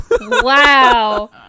Wow